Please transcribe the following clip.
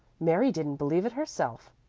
mary didn't believe it herself,